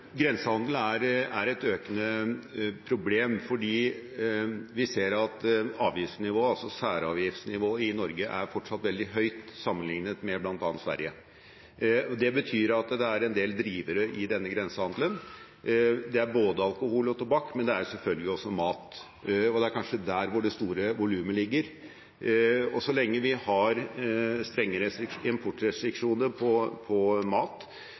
grensehandel er et økende problem, for vi ser at avgiftsnivået, altså særavgiftsnivået, i Norge fortsatt er veldig høyt sammenlignet med bl.a. Sverige. Det betyr at det er en del drivere i denne grensehandelen. Det er både alkohol og tobakk, men det er selvfølgelig også mat. Det er kanskje der det store volumet ligger. Så lenge vi har strenge importrestriksjoner på mat